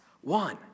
one